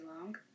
long